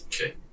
Okay